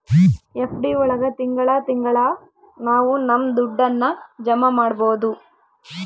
FD ಒಳಗ ತಿಂಗಳ ತಿಂಗಳಾ ನಾವು ನಮ್ ದುಡ್ಡನ್ನ ಜಮ ಮಾಡ್ಬೋದು